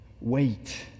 Wait